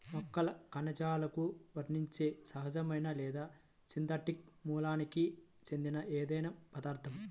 మొక్కల కణజాలాలకు వర్తించే సహజమైన లేదా సింథటిక్ మూలానికి చెందిన ఏదైనా పదార్థం